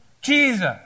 Jesus